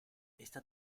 esta